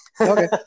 Okay